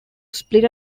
split